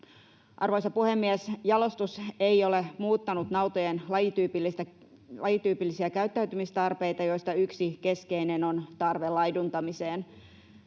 Arvoisa puhemies! Jalostus ei ole muuttanut nautojen lajityypillisiä käyttäytymistarpeita, joista yksi keskeinen on tarve laiduntamiseen.